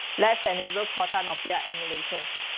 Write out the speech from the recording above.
let's enable protanopia emulations.